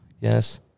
Yes